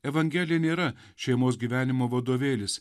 evangelija nėra šeimos gyvenimo vadovėlis